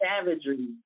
savagery